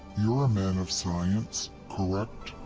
you're a man of science, correct?